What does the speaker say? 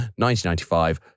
1995